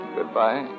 Goodbye